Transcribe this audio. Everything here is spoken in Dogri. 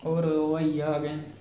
होर ओह् आई गेआ अग्गें